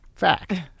fact